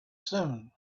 soon